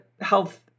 health